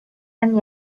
and